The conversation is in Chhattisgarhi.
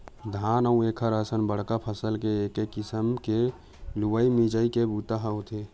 धान अउ एखरे असन बड़का फसल के एके किसम ले लुवई मिजई के बूता ह होथे